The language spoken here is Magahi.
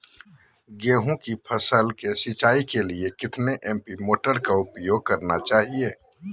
गेंहू की फसल के सिंचाई के लिए कितने एच.पी मोटर का उपयोग करना चाहिए?